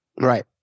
Right